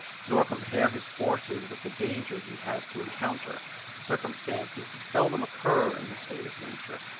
nor compare his forces with the dangers he has to encounter circumstances that seldom occur in a state of nature,